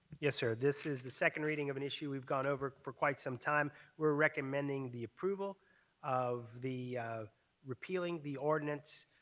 yes, sir. this is a second reading of an issue we've gone over for quite sometime. we're recommending the approval of the repealing the ordinance,